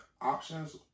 options